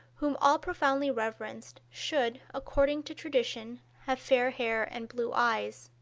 whom all profoundly reverenced, should, according to tradition, have fair hair and blue eyes.